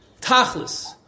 Tachlis